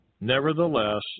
Nevertheless